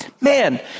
man